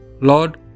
Lord